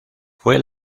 fue